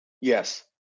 yes